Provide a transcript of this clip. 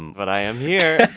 but i am here.